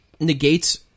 negates